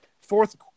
fourth